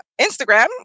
Instagram